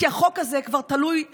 כי החוק הזה כבר תלוי ועומד,